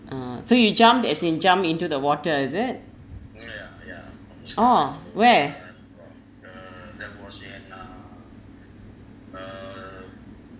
uh so you jump as in jump into the water is it orh where